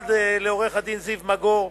ובמיוחד לעורך-הדין זיו מגור,